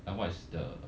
like what is the